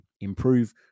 improve